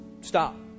Stop